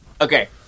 Okay